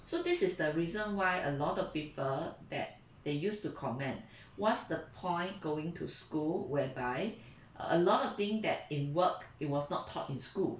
so this is the reason why a lot of people that they used to comment what's the point going to school whereby a lot of thing that in work it was not taught in school